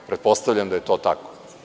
Pretpostavljam da je to tako.